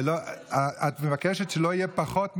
את מבקשת שלא יהיה פחות מזה.